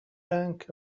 bank